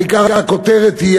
העיקר היום הוא הכותרת.